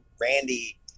Randy